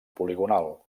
poligonal